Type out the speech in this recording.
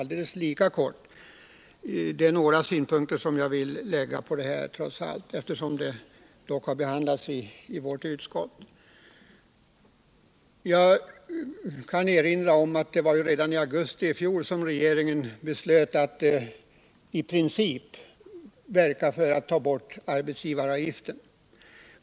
Det är trots allt några synpunkter jag vill anlägga på detta eftersom det har behandlats i vårt utskott. Jag vill erinra om att det var redan i augusti i fjol som regeringen beslöt att i princip uttala sig för att föreslå borttagande av arbetsgivaravgiften.